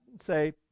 say